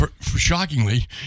shockingly